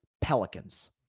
Pelicans